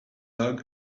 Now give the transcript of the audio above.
log